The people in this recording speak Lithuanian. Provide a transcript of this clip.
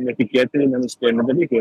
netikėti ir nenuspėjami dalykai